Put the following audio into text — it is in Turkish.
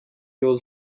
yolu